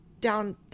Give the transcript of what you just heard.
down